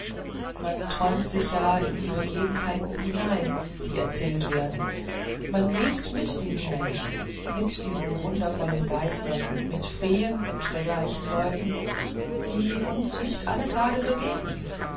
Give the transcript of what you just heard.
man träumt sich ja in die begebenheiten hinein die erzählt werden man lebt mit diesen menschen mit diesen wundervollen geistern mit feen und dergleichen leuten die uns nicht alle tage begegnen